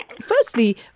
firstly